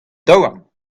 daouarn